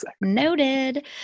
noted